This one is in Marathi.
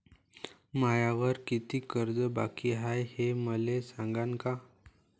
मायावर कितीक कर्ज बाकी हाय, हे मले सांगान का?